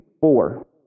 four